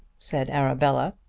said arabella.